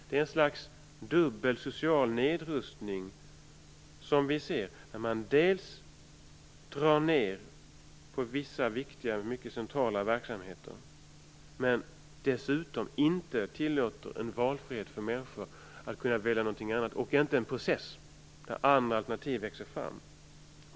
Det är ett slags dubbel social nedrustning när man drar ned på vissa viktiga och mycket centrala verksamheter men inte tillåter en frihet för människor att välja något annat och en process där andra alternativ växer fram.